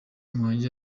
muhangi